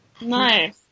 Nice